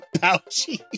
pouchy